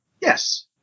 Yes